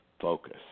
focus